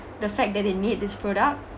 the fact that they need this product